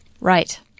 Right